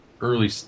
early